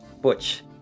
butch